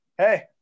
Hey